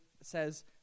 says